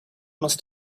must